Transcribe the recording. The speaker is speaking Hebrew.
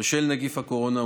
בשל נגיף הקורונה,